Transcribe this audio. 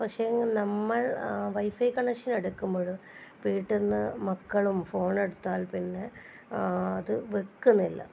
പക്ഷേ എങ്കിൽ നമ്മൾ വൈഫൈ കണക്ഷൻ എടുക്കുമ്പോൾ വീട്ടിൽനിന്ന് മക്കളും ഫോണെടുത്താൽ പിന്നെ അത് വെയ്ക്കുന്നില്ല